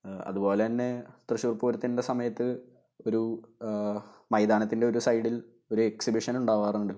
അതുപോലെ തന്നെ തൃശ്ശൂര് പൂരത്തിന്റെ സമയത്ത് ഒരു മൈതാനത്തിന്റെ ഒരു സൈഡില് ഒരു എക്സിബിഷന് ഉണ്ടാകാറുണ്ട്